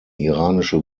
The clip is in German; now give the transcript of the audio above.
iranische